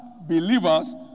believers